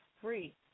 free